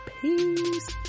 peace